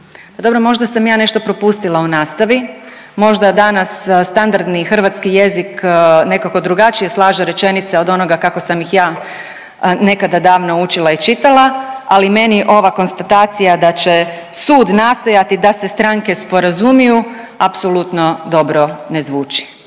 dobro, možda sam ja nešto propustila u nastavi, možda danas standardni hrvatski jezik nekako drugačije slaže rečenice od onoga kako sam ih ja nekada davno učila i čitala, ali meni ova konstatacija da će sud nastojati da se stranke sporazumiju apsolutno dobro ne zvuči